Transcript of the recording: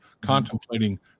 contemplating